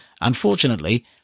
Unfortunately